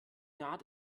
naht